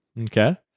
Okay